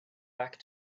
back